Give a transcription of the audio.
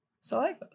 saliva